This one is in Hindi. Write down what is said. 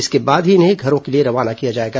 इसके बाद ही इन्हें घरों के लिए रवाना किया जाएगा